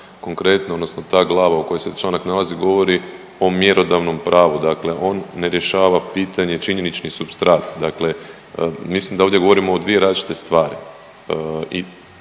konkretno, odnosno ta glava u kojoj se članak nalazi govori o mjerodavnom pravu, dakle on ne rješava pitanje činjenični supstrat. Dakle, mislim da ovdje govorimo o dvije različite stvari